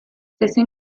zezen